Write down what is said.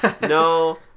no